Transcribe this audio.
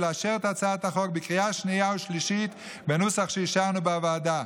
ונאשר את הצעת החוק בקריאה שנייה ושלישית בנוסח שאישרנו בוועדה.